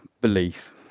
belief